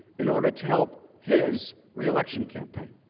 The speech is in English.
in order to help his reelection campaign.